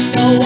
no